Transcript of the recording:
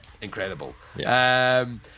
incredible